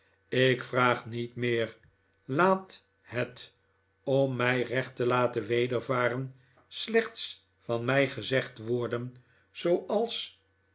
ik vraag niet meer laat het om mij recht te laten wedervafen slechts van mij gezegd worden zooals